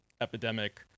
epidemic